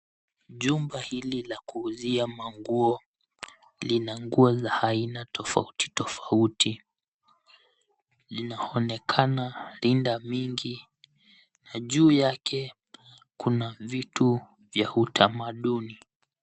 Jumba hili la kuuzia manguo lina nguo za aina tofautitofauti. Linaonekana rinda vingi na juu yake kuna vitu vya utamaduni.